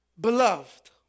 beloved